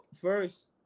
first